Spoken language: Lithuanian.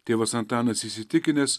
tėvas antanas įsitikinęs